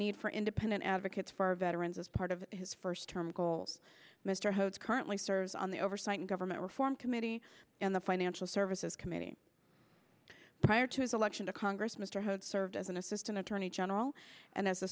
need for independent advocates for veterans as part of his first term goals mr hodes currently serves on the oversight and government reform committee and the financial services committee prior to his election to congress mr hope served as an assistant attorney general and as a